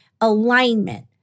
alignment